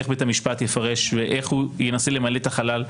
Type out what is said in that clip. איך בית המשפט יפרש ואיך הוא ינסה למלא את החלל,